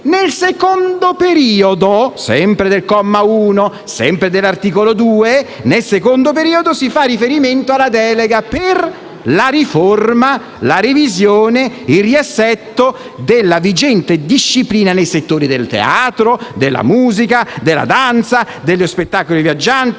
Nel secondo periodo - sempre del comma 1 e sempre dell'articolo 2 - si fa riferimento alla delega per la riforma, la revisione e il riassetto della vigente disciplina nei settori del teatro, della musica, della danza, degli spettacoli viaggianti,